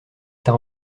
t’as